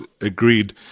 agreed